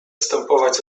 zstępować